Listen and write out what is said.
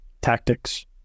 tactics